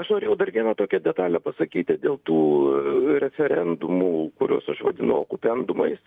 aš norėjau dar vieną tokią detalę pasakyti dėl tų referendumų kuriuos aš vadinu okupendumais